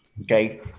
Okay